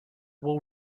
will